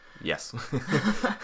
Yes